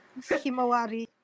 himawari